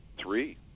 Three